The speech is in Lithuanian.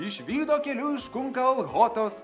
išvydo keliu iš kunkalchotos